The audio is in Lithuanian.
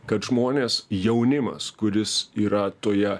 kad žmonės jaunimas kuris yra toje